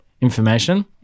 information